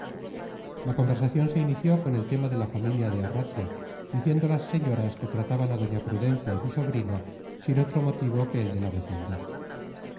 la conversación se inició con el tema de la familia de arratia diciendo las señoras que trataban a doña prudencia y su sobrina sin otro motivo que el de la vecindad